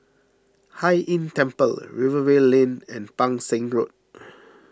Hai Inn Temple Rivervale Lane and Pang Seng Road